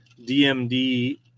DMD